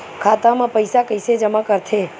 खाता म पईसा कइसे जमा करथे?